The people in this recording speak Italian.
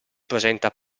presenta